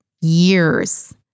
years